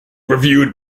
reviewed